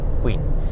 queen